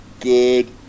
good